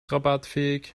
rabattfähig